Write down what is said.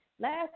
Last